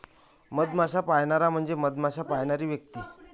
मधमाश्या पाळणारा म्हणजे मधमाश्या पाळणारी व्यक्ती